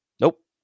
Nope